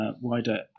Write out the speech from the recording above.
wider